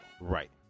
Right